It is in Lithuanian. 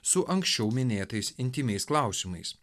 su anksčiau minėtais intymiais klausimais